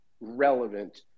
relevant